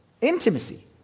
Intimacy